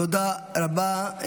תודה רבה.